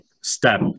step